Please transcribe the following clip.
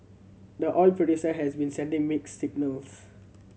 the oil producer has been sending mixed signals